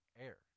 air